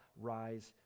rise